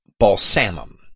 balsamum